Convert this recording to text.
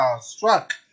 struck